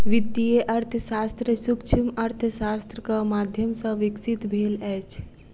वित्तीय अर्थशास्त्र सूक्ष्म अर्थशास्त्रक माध्यम सॅ विकसित भेल अछि